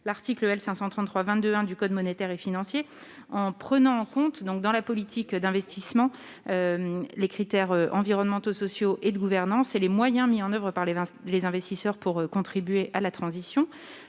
l'article L. 533 22 1 du Code monétaire et financier, en prenant en compte donc dans la politique d'investissement, les critères environnementaux, sociaux et de gouvernance et les moyens mis en oeuvre par les les investisseurs pour contribuer à la transition,